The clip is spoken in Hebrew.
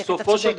אתה צודק.